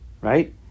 right